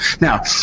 Now